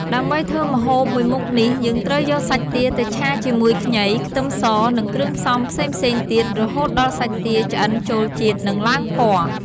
ដើម្បីធ្វើម្ហូបមួយមុខនេះ យើងត្រូវយកសាច់ទាទៅឆាជាមួយខ្ញី ខ្ទឹមស និងគ្រឿងផ្សំផ្សេងៗទៀត រហូតដល់សាច់ទាឆ្អិនចូលជាតិ និងឡើងពណ៌។